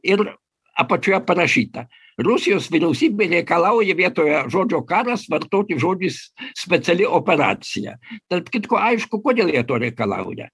ir apačioje parašyta rusijos vyriausybė reikalauja vietoje žodžio karas vartoti žodis speciali operacija tarp kitko aišku kodėl jie to reikalauja